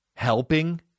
helping